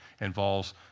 involves